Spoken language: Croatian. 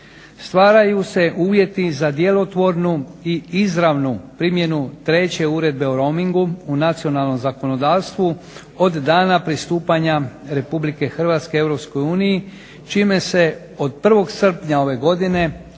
stvaraju se uvjeti za djelotvornu i izravnu primjenu treće uredbe o roamingu u nacionalnom zakonodavstvu od dana pristupanja Republike Hrvatske Europskoj uniji čime se od 1.srpnja ove godine na